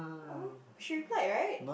oh she replied right